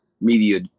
media